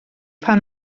pan